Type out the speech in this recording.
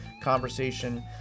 conversation